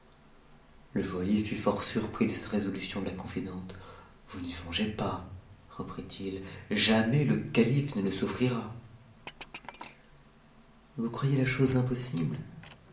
le joaillier fut fort surpris de cette résolution de la confidente vous y songez pas reprit-il jamais le calife ne le souffrira vous croyez la ose impossible